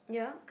yeah